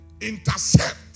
Intercept